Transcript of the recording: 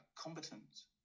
combatants